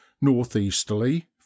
Northeasterly